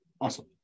Awesome